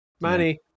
Money